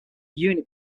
unit